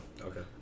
Okay